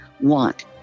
want